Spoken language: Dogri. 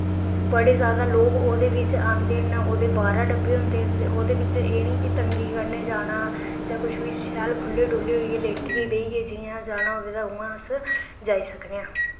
बड़े जैदा लोग ओह्दे बिच औंदे न ओह्दे बारां डब्बे न ते ओह्दे बिच एह् निं कि तंगी बिच जाना ते शैल खुह्ल्ले डुह्ल्ले बेहिय़ै लेटियै जाना होऐ तां अस जाई सकने आं